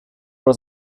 was